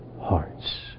hearts